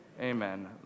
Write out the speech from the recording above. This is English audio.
Amen